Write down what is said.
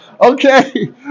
okay